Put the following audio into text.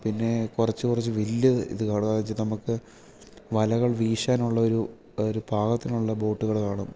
പിന്നെ കുറച്ച് കുറച്ച് വലിയത് ഇത് കാണും അത് നമുക്ക് വലകൾ വീശാനുള്ള ഒരു ഒരു പാകത്തിനുള്ള ബോട്ടുകൾ കാണും